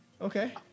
Okay